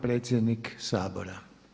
predsjednik Sabora.